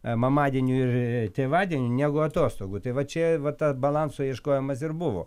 mamadienių ir tėvadienių negu atostogų tai va čia vat ta balanso ieškojimas ir buvo